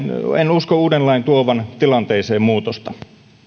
en usko uuden lain tuovan tilanteeseen muutosta